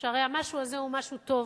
שהרי המשהו הזה הוא משהו טוב,